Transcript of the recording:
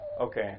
Okay